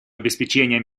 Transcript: обеспечение